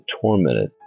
tormented